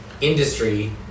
industry